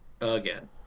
Again